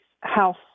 house